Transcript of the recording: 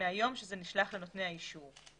מהיום שזה נשלח לנותני האישור.